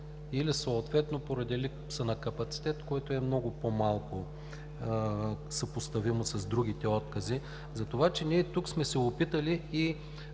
или съответно поради липса на капацитет. То е много по-малко съпоставимо с другите откази за това, че ние тук сме се опитали,